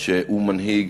שהוא מנהיג,